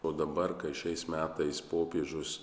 o dabar kai šiais metais popiežius